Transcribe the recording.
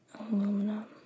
Aluminum